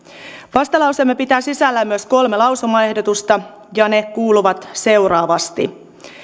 vastalauseemme pitää sisällään myös kolme lausumaehdotusta ja ne kuuluvat seuraavasti